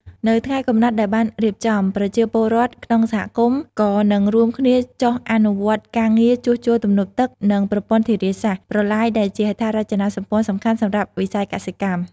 នៅថ្ងៃកំណត់ដែលបានរៀបចំ ប្រជាពលរដ្ឋក្នុងសហគមន៍ក៏នឹងរួមគ្នាចុះអនុវត្តការងារជួសជុលទំនប់ទឹក និងប្រព័ន្ធធារាសាស្ត្រ ប្រឡាយ ដែលជាហេដ្ឋារចនាសម្ព័ន្ធសំខាន់សម្រាប់វិស័យកសិកម្ម។